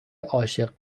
عاشق